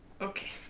Okay